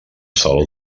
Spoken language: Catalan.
saló